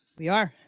we are.